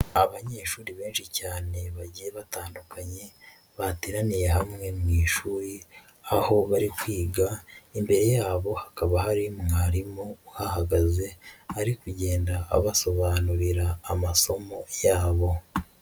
Abanyeshuri benshi cyane, bagiye batandukanye, bateraniye hamwe mu ishuri, aho bari kwiga, imbere yabo hakaba hari mwarimu uhahagaze, ari kugenda abasobanurira amasomo yabo.